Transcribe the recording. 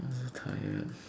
I'm very tired